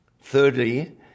Thirdly